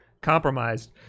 compromised